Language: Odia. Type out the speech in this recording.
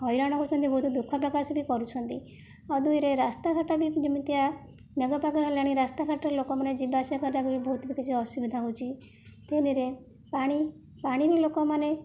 ହଇରାଣ ହେଉଛନ୍ତି ଯେ ବହୁତ ଦୁଃଖପ୍ରକାଶ ବି କରୁଛନ୍ତି ଆଉ ଦୁଇରେ ରାସ୍ତାଘାଟ ବି ଯେମିତିଆ ମେଘପାଗ ହେଲାଣି ରାସ୍ତାଘାଟରେ ଲୋକମାନେ ଯିବାଆସିବା କରିବାକୁ ବି ବହୁତ କିଛି ଅସୁବିଧା ହେଉଛି ତିନିରେ ପାଣି ପାଣି ବି ଲୋକମାନେ